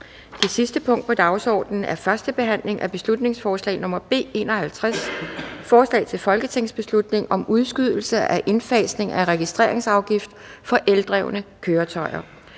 Det sidste punkt på dagsordenen er: 7) 1. behandling af beslutningsforslag nr. B 51: Forslag til folketingsbeslutning om udskydelse af indfasning af registreringsafgift for eldrevne køretøjer.